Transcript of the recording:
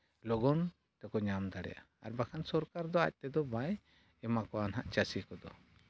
ᱞᱚᱜᱚᱱ ᱛᱮᱠᱚ ᱧᱟᱢ ᱫᱟᱲᱮᱭᱟᱜᱼᱟ ᱟᱨ ᱵᱟᱠᱷᱟᱱ ᱥᱚᱨᱠᱟᱨ ᱫᱚ ᱟᱡᱽ ᱛᱮᱫᱚ ᱵᱟᱭ ᱮᱢᱟ ᱠᱚᱣᱟ ᱱᱟᱜ ᱪᱟᱹᱥᱤ ᱠᱚᱫᱚ